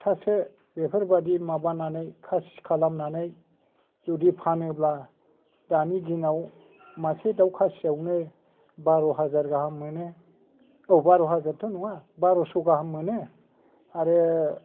थासो बेफोरबादि माबानानै खासि खालामनानै जुदि फानोब्ला दानि दिनाव मासे दाव खासिआवनो बार' हाजार गाहाम मोनो औ बार' हाजारथ' नङा बारस' गाहाम मोनो आरो